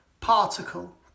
particle